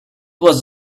was